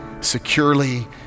securely